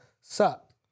sup